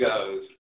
goes